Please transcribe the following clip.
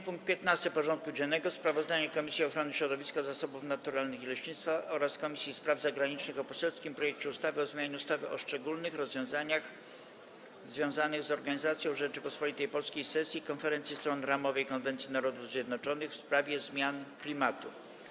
Powracamy do rozpatrzenia punktu 15. porządku dziennego: Sprawozdanie Komisji Ochrony Środowiska, Zasobów Naturalnych i Leśnictwa oraz Komisji Spraw Zagranicznych o poselskim projekcie ustawy o zmianie ustawy o szczególnych rozwiązaniach związanych z organizacją w Rzeczypospolitej Polskiej sesji Konferencji Stron Ramowej konwencji Narodów Zjednoczonych w sprawie zmian klimatu.